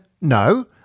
no